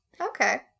okay